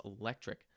electric